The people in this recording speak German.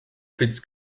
blitz